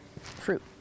fruit